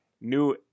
new